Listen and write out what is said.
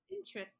Interesting